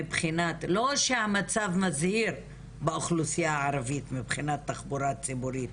לא שהמצב מזהיר באוכלוסייה הערבית מבחינת תחבורה ציבורית,